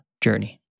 journey